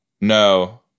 No